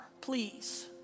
please